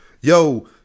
yo